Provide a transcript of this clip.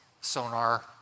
sonar